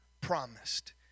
promised